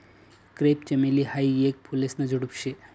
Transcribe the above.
crepe चमेली हायी येक फुलेसन झुडुप शे